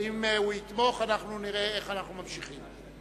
ואם הוא יתמוך אנחנו נראה איך אנחנו ממשיכים.